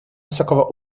высокого